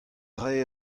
rae